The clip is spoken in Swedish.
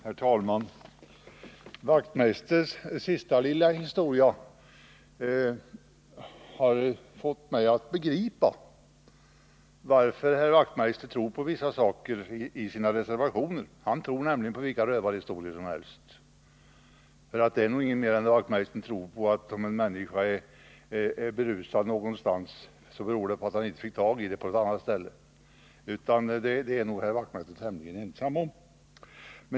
Herr talman! Den lilla historia som Knut Wachtmeister senast berättade har fått mig att begripa varför Knut Wachtmeister tror på vissa saker i sina reservationer — han tror nämligen på vilka rövarhistorier som helst. Det är nog ingen mer än han stor tror att om en person uppträder berusad på en viss plats, så beror det på att han på en annan plats inte kunde få tag på det som han nu drack. Den tron är nog herr Wachtmeister tämligen ensam om.